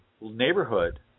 neighborhood